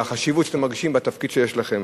והחשיבות שאתם מרגישים בתפקיד שיש לכם.